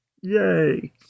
yay